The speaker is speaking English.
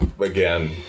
again